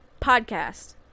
Podcast